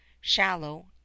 shallow